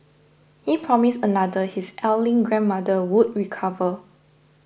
he promised another his ailing grandmother would recover